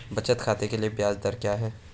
बचत खाते के लिए ब्याज दर क्या है?